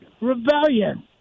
rebellion